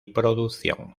producción